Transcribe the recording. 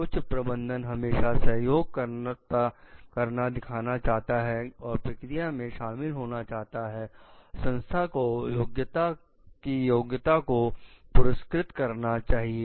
उच्च प्रबंधन हमेशा सहयोग करना दिखाना चाहता है और प्रक्रिया में शामिल होना चाहता है संस्था को योग्यता को पुरस्कृत करना चाहिए